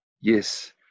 Yes